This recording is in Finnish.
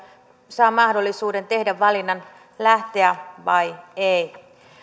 saa mahdollisuuden tehdä valinnan lähteä vai ei